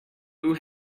who